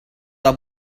are